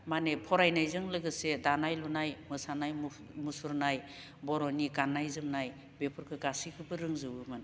माने फरायनायजों लोगोसे दानाय लुनाय मोसानाय मुसुरनाय बर'नि गाननाय जोमनाय बेफोरखौ गासैखोबो रोंजोबोमोन